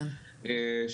זה עשרה מפגשים,